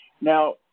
Now